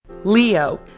Leo